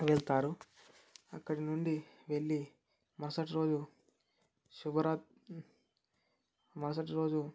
వెళ్తారు అక్కడి నుండి వెళ్ళి మరుసటిరోజు శుభరాత్ మరుసటిరోజు